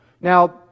Now